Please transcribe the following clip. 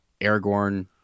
Aragorn